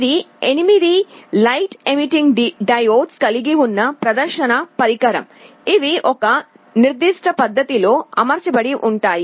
ఇది 8 light emitting డయోడ్లను కలిగి ఉన్న ప్రదర్శన పరికరం ఇవి ఒక నిర్దిష్ట పద్ధతిలో అమర్చబడి ఉంటాయి